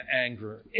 anger